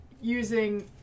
using